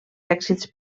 èxits